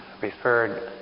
referred